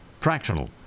fractional